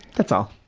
that's all.